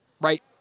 Right